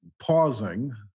pausing